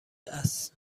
است